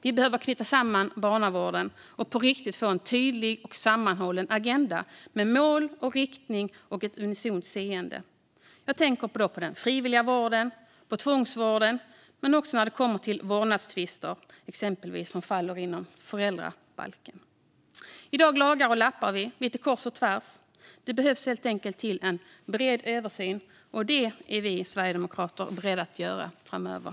Vi behöver knyta samman barnavården och på riktigt få en tydlig och sammanhållen agenda med mål, riktning och ett unisont seende. Jag tänker då på den frivilliga vården och tvångsvården, men också på exempelvis vårdnadstvister, som faller inom föräldrabalken. I dag lagar och lappar vi lite kors och tvärs. Det behövs helt enkelt en bred översyn, och en sådan är vi sverigedemokrater beredda att göra framöver.